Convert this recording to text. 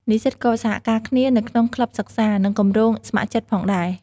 និស្សិតក៏សហការគ្នានៅក្នុងក្លឹបសិក្សា និងគម្រោងស្ម័គ្រចិត្តផងដែរ។